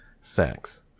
sex